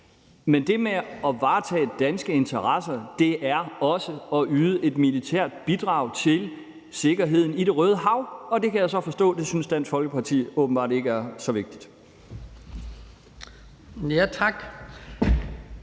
Men det med at varetage danske interesser er også at yde et militært bidrag til sikkerheden i Det Røde Hav, og det kan jeg så forstå at Dansk Folkeparti åbenbart ikke synes er så vigtigt.